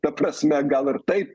ta prasme gal ir taip